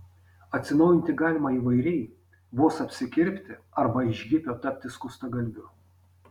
atsinaujinti galima įvairiai vos apsikirpti arba iš hipio tapti skustagalviu